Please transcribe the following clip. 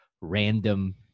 random